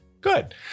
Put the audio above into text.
Good